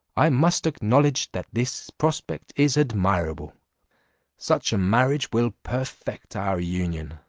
i must acknowledge that this prospect is admirable such a marriage will perfect our union,